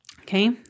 Okay